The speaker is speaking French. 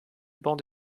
bande